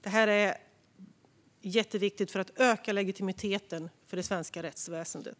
Detta är jätteviktigt för att öka legitimiteten för det svenska rättsväsendet.